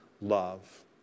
love